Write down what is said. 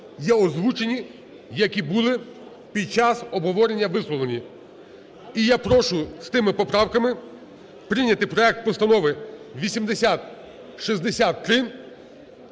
є озвучені, які були під час обговорення висловлені. І я прошу з тими поправками прийняти проект Постанови 8063